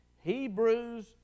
Hebrews